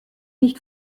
nicht